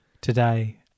today